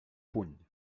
puny